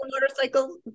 motorcycle